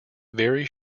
very